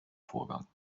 vorgang